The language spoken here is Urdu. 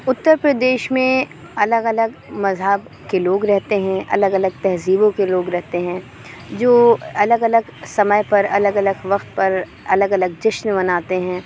اتر پردیش میں الگ الگ مذہب کے لوگ رہتے ہیں الگ الگ تہذیبوں کے لوگ رہتے ہیں جو الگ الگ سمے پر الگ الگ وقت پر الگ الگ جشن مناتے ہیں